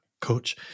coach